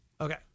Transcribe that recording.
Okay